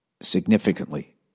significantly